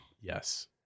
yes